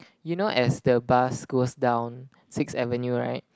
you know as the bus goes down Sixth Avenue right